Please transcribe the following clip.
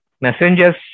messengers